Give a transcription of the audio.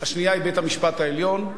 השנייה היא בית-המשפט העליון,